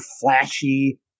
flashy